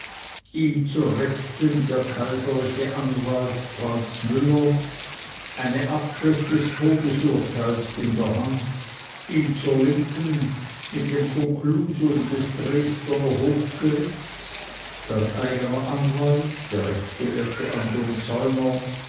ihm zur rechten der kaiserliche anwalt franz müller eine abschrift des todesurteils in der hand ihm zur linken mit dem konklusum des dresdner hofgerichts sein eigener anwalt der rechtsgelehrte anton zäuner